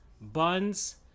buns